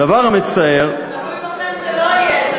הדבר המצער, אם זה תלוי בכם, זה לא יהיה.